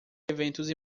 eventos